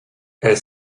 elle